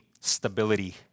Stability